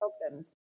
problems